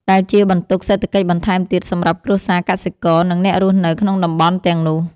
ដែលជាបន្ទុកសេដ្ឋកិច្ចបន្ថែមទៀតសម្រាប់គ្រួសារកសិករ និងអ្នករស់នៅក្នុងតំបន់ទាំងនោះ។